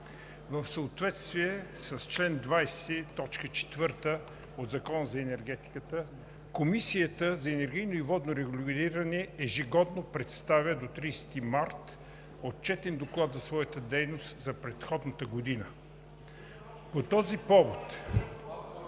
В съответствие с чл. 20, т. 4 от Закона за енергетиката Комисията за енергийно и водно регулиране ежегодно представя до 30 март отчетен доклад за своята дейност за предходната година. По този повод